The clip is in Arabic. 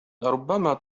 لربما